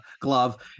glove